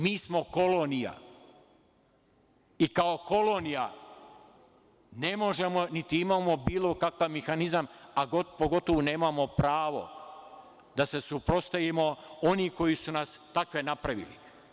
Mi smo kolonija i kao kolonija ne možemo, niti imamo bilo kakav mehanizam, a pogotovo nemamo pravo da se suprotstavimo onima koji su nas takvima napravili.